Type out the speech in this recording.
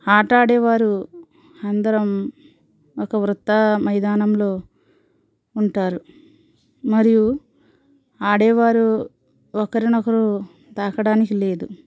ఆట ఆడేవారు అందరం ఒక వృత్త మైదానంలో ఉంటారు మరియు ఆడేవారు ఒకరినొకరు తాకడానికి లేదు